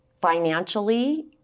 Financially